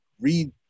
read